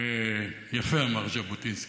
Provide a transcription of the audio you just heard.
ויפה אמר ז'בוטינסקי.